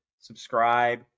subscribe